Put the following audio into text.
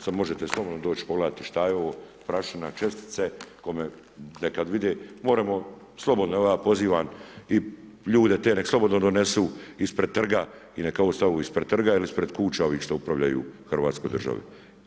Sad možete slobodno doći pogledati šta je ovo, prašina, čestice kome kad vide moramo slobodno evo ja pozivam i ljude te nek' slobodno donesu ispred trga i neka stavu ispred trga ili ispred kuća ovih što upravljaju Hrvatskoj državi.